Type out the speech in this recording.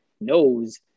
knows